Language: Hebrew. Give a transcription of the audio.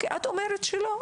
את אומרת שלא,